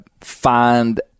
find